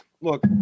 Look